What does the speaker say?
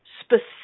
specific